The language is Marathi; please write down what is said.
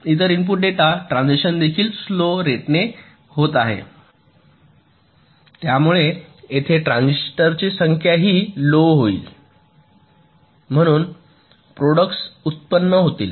तर इनपुट डेटा ट्रान्झिशन देखील स्लो रेट ने होत आहेत त्यामुळे येथे ट्रान्झिशनची संख्याही लो होईल म्हणून प्रॉडक्ट्स उत्पन्न होतील